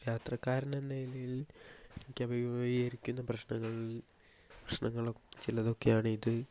യാത്രക്കാരനെന്ന നിലയിൽ എനിക്ക് അഭിമുഖീകരിക്കുന്ന പ്രശ്നങ്ങൾ പ്രശ്നങ്ങളിൽ ചിലതൊക്കെയാണിത്